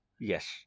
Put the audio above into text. Yes